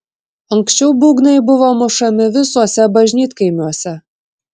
anksčiau būgnai buvo mušami visuose bažnytkaimiuose